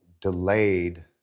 delayed